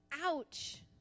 Ouch